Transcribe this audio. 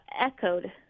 echoed